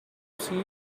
see